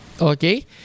Okay